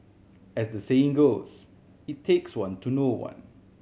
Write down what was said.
as the saying goes it takes one to know one